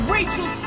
Rachel